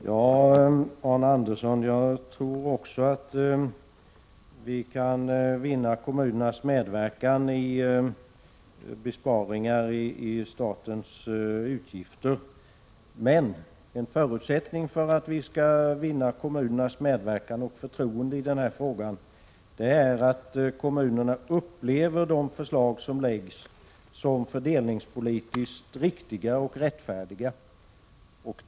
Herr talman! Jag tror också, Arne Andersson i Gamleby, att vi kan vinna kommunernas medverkan när det gäller besparingar i statens utgifter, men en förutsättning för att vi skall vinna kommunernas medverkan och förtroende i denna fråga är att kommunerna upplever de förslag som läggs fram som fördelningspolitiskt riktiga och rättfärdiga.